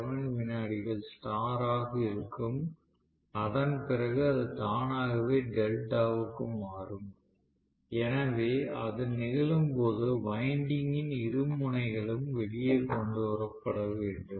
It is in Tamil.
7 விநாடிகள் ஸ்டார் ஆக இருக்கும் அதன் பிறகு அது தானாகவே டெல்டாவுக்கு மாறும் எனவே அது நிகழும்போது வைண்டிங்கின் இரு முனைகளும் வெளியே கொண்டு வரப்பட வேண்டும்